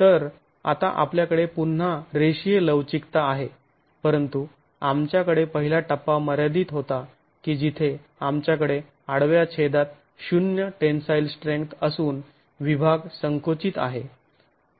तर आता आपल्याकडे पुन्हा रेषीय लवचिकता आहे परंतु आमच्याकडे पहिला टप्पा मर्यादित होता की जिथे आमच्याकडे आडव्या छेदात शून्य ० टेंन्साईल स्ट्रेंथ असून विभाग संकुचित आहे